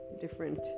different